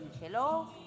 Hello